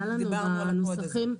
היה לנו בנוסחים --- דיברנו על הקוד הזה.